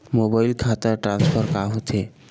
Mobile खाता transfer का होथे?